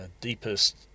deepest